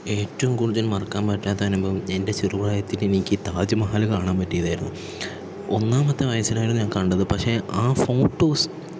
ഏറ്റവും കൂടുതൽ മറക്കാൻ പറ്റാത്ത അനുഭവം എൻ്റെ ചെറു പ്രായത്തില് എനിക്ക് താജ് മഹൽ കാണാൻ പറ്റിയതായിരുന്നു ഒന്നാമത്തെ വയസ്സിലായിരുന്നു ഞാൻ കണ്ടത് പക്ഷെ ആ ഫോട്ടോസ്